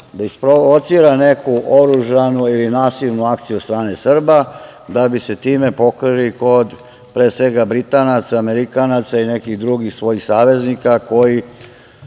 da isprovocira neku oružanu ili nasilnu akciju od strane Srba da bi se time pokrili kod, pre svega, Britanaca, Amerikanaca ili nekih drugih svojih saveznika, koji